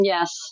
Yes